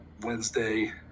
Wednesday